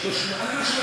לא שומע.